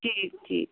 ठीक ठीक